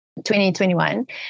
2021